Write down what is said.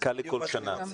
דקה לכל שנה.